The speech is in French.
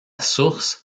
source